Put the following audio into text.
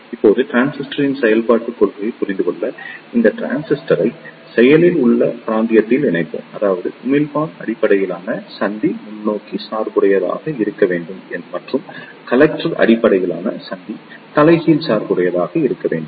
இப்போது டிரான்சிஸ்டரின் செயல்பாட்டுக் கொள்கையைப் புரிந்து கொள்ள இந்த டிரான்சிஸ்டரை செயலில் உள்ள பிராந்தியத்தில் இணைப்போம் அதாவது உமிழ்ப்பான் அடிப்படையிலான சந்தி முன்னோக்கி சார்புடையதாக இருக்க வேண்டும் மற்றும் கலெக்டர் அடிப்படையிலான சந்தி தலைகீழ் சார்புடையதாக இருக்க வேண்டும்